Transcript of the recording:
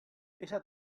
esa